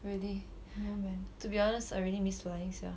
really to be honest I really miss flying sia